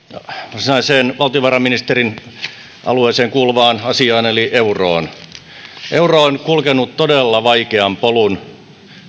varsinaiseen valtiovarainministerin alueeseen kuuluvaan asiaan eli euroon euro on kulkenut todella vaikean polun